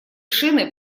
шины